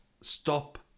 stop